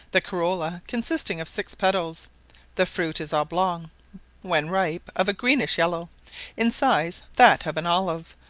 the corolla consisting of six petals the fruit is oblong when ripe, of a greenish yellow in size that of an olive,